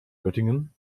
göttingen